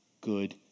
good